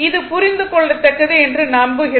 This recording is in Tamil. இது புரிந்து கொள்ளத்தக்கது என்று நம்புகிறோம்